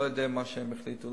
לא יודע מה שהם החליטו,